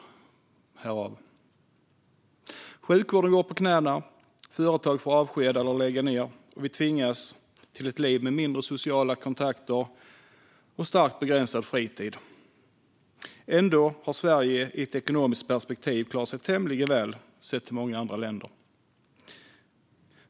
Sjukvården går på knäna, företag får avskeda eller lägga ned och vi tvingas till ett liv med färre sociala kontakter och starkt begränsad fritid. Ändå har Sverige i ett ekonomiskt perspektiv klarat sig tämligen väl jämfört med många andra länder.